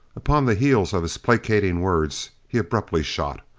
upon the heels of his placating words, he abruptly shot.